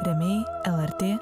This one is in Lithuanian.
rėmėjai el er tė